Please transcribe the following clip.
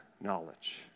knowledge